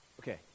Okay